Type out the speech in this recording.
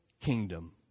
kingdom